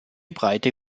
breite